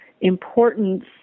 importance